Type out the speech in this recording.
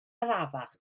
arafach